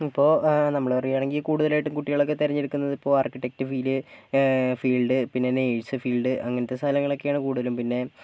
ഇപ്പോൾ നമ്മള് പറയുവാണെങ്കിൽ കൂടുതലായിട്ടും കുട്ടികളൊക്കെ തിരഞ്ഞെടുക്കുന്നതിപ്പോൾ ആർക്കിടെക്ട് ഫീല് ഫീൽഡ് പിന്നെ നേഴ്സ് ഫീൽഡ് അങ്ങനത്തെ സാധനങ്ങളൊക്കെയാണ് കൂടുതലും പിന്നെ